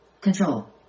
Control